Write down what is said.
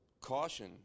caution